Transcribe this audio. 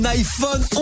iPhone